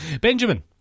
Benjamin